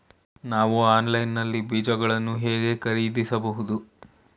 ನಾವು ಆನ್ಲೈನ್ ನಲ್ಲಿ ಬೀಜಗಳನ್ನು ಹೇಗೆ ಖರೀದಿಸಬಹುದು?